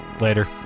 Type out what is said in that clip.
Later